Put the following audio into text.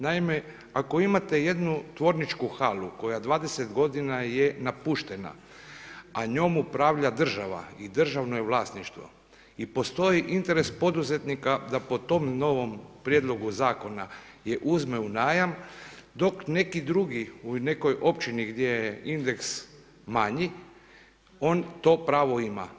Naime, ako imate jednu tvorničku halu, koja 20 g. je napuštena, a njom upravlja država i državno je vlasništvo i postoji interes poduzetnika, da po tom novom prijedlogu zakona je uzme u najam, dok neki drugi u nekoj općini gdje je neki indeks manji, on to pravo ima.